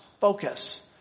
focus